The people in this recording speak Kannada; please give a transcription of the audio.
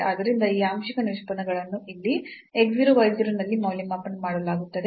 ಆದ್ದರಿಂದ ಈ ಆಂಶಿಕ ನಿಷ್ಪನ್ನಗಳನ್ನು ಇಲ್ಲಿ x 0 y 0 ನಲ್ಲಿ ಮೌಲ್ಯಮಾಪನ ಮಾಡಲಾಗುತ್ತದೆ